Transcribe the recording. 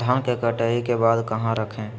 धान के कटाई के बाद कहा रखें?